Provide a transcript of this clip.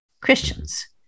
Christians